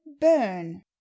burn